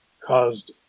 caused